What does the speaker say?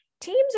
teams